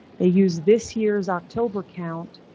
they use this year's october count.